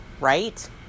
right